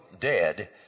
dead